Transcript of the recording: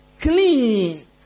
Clean